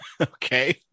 Okay